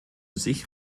sich